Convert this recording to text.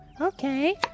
Okay